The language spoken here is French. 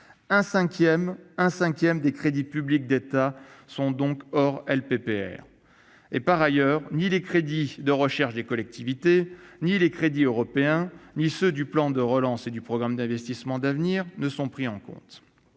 Un cinquième des crédits publics d'État sont donc hors LPPR. Par ailleurs, ni les crédits de recherche des collectivités, ni les crédits européens, ni ceux du plan de relance et du programme d'investissement d'avenir ne sont pris en compte.